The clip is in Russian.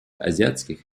азиатских